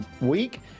week